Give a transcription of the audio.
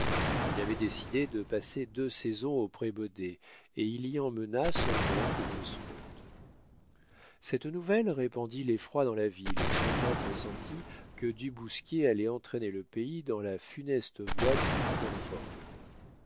il avait décidé de passer deux saisons au prébaudet et il y emmena son oncle de sponde cette nouvelle répandit l'effroi dans la ville où chacun pressentit que du bousquier allait entraîner le pays dans la funeste voie du comfort